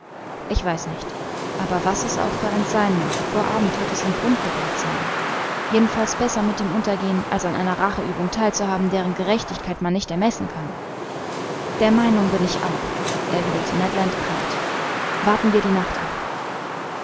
ich weiß nicht aber was es auch für eins sein mag vor abend wird es in grund gebohrt sein jedenfalls besser mit ihm untergehen als an einer racheübung theil zu haben deren gerechtigkeit man nicht ermessen kann der meinung bin ich auch erwiderte ned land kalt warten wir die nacht ab